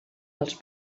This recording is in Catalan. dels